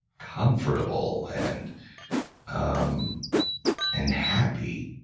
comfortable and um and happy.